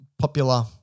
popular